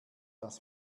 das